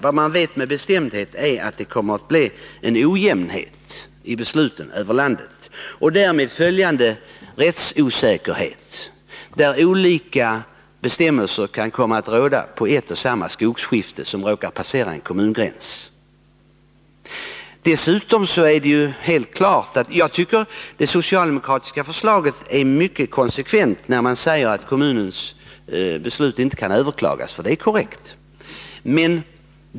Vad man med bestämdhet vet är att det kommer att bli en ojämnheti besluten över landet och även därmed följande rättsosäkerhet där olika bestämmelser kommer att gälla på ett och samma skogsskifte som råkar passera en kommungräns. Jag tycker att det socialdemokratiska förslaget dock på sitt sätt är mera konsekvent. Socialdemokraterna säger att kommunens beslut i dessa frågor 85 inte kan överklagas. Det är korrekt.